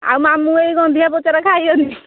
ଆଉ ମାମୁଁ ମାଇଁ ଏଇ ଗନ୍ଧିଆ ପୋଚରା ଖାଇବେନି